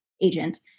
agent